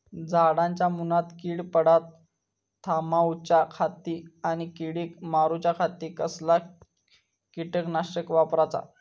झाडांच्या मूनात कीड पडाप थामाउच्या खाती आणि किडीक मारूच्याखाती कसला किटकनाशक वापराचा?